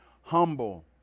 humble